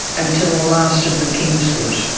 until the last of the kingswoods.